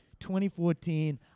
2014